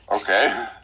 okay